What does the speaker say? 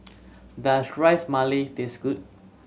does Ras Malai taste good